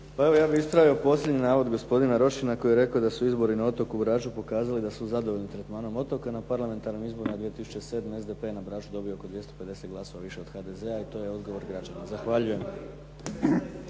Pa evo ja bih ispravio posljednji navod gospodina Rošina koji je rekao da su izbori na otoku Braču pokazali da su zadovoljni tretmanom otoka. Na parlamentarnim izborima 2007. SDP je na Braču dobio oko 250 glasova više od HDZ-a i to je odgovor građana. Zahvaljujem.